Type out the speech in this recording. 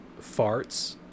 farts